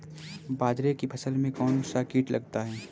बाजरे की फसल में कौन सा कीट लगता है?